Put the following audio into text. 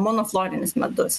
monoflorinis medus